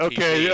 Okay